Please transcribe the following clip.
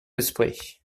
esprit